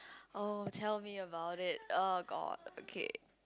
oh tell me about it uh god okay